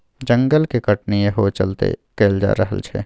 जंगल के कटनी इहो चलते कएल जा रहल छै